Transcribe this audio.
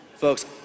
Folks